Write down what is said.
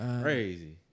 Crazy